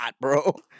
bro